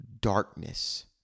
darkness